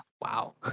Wow